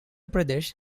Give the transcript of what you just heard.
pradesh